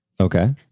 Okay